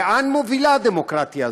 לאן מובילה הדמוקרטיה הזאת?